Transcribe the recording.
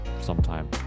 sometime